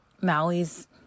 Maui's